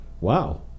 Wow